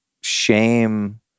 shame